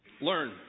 Learn